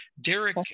Derek